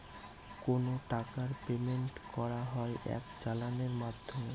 কোনো টাকার পেমেন্ট করা হয় এক চালানের মাধ্যমে